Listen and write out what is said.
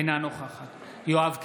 אינה נוכחת יואב קיש,